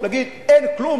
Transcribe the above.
להגיד שאין כלום,